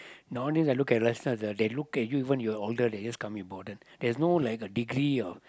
nowadays I look at youngsters they look at you even you're older they just can't be bothered there's no like a degree of